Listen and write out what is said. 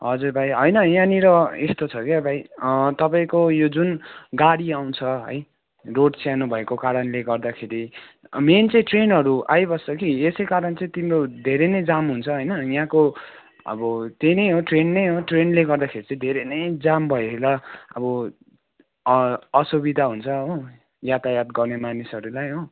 हजुर भाइ होइन यहाँनिर स्तो छ क्या भाइ तपाईँको यो जुन गाडी आउँछ है रोड सानो भएको कारणले गर्दाखेरि मेन चाहिँ ट्रेनहरू आइबस्छ कि यसै कारण चाहिँ तिम्रो धेरै नै जाम हुन्छ होइन यहाँको अब त्यही नै हो ट्रैन नै हो ट्रेनले गर्दाखेरि चाहिँ धेरै नै जाम भएर अब असुविधा हुन्छ हो यातायात गर्ने मानिसहरूलाई हो